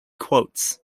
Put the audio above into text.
quotes